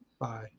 Bye